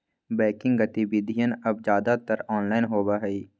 banking गतिविधियन अब ज्यादातर ऑनलाइन होबा हई